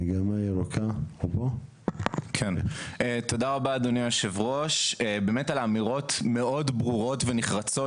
מגמה ירוקה תודה אדוני היושב ראש על אמירות מאוד ברורות ונחרצות